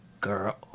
girl